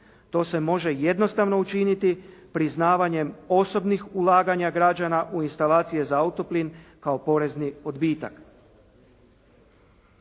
To se može jednostavno učiniti priznavanjem osobnih ulaganja građana u instalacije za autoplin kao porezni odbitak.